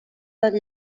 del